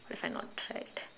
what I've not tried